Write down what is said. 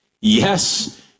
Yes